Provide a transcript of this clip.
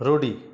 روڈی